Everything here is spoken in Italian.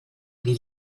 dei